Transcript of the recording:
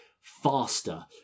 faster